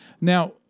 now